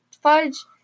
Fudge